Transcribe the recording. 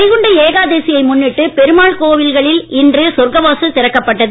வைகுண்டஏகாதசியைமுன்னிட்டு பெருமாள்கோவில்களில்இன்றுசொர்க்கவாசல்திறக்கப்பட்டது